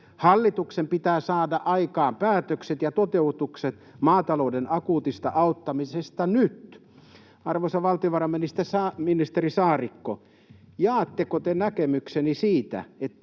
Hallituksen pitää saada aikaan päätökset ja toteutukset maatalouden akuutista auttamisesta nyt. Arvoisa valtiovarainministeri Saarikko, jaatteko te näkemykseni siitä, että